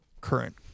current